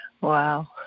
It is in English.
Wow